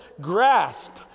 grasp